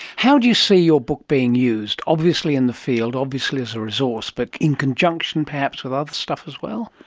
how do you see your book being used? obviously in the field, obviously as a resource, but in conjunction perhaps with other stuff as well?